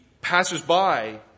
passers-by